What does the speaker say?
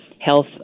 health